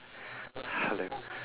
hello